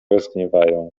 rozgniewają